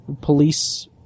police